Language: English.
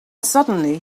suddenly